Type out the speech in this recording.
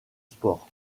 sport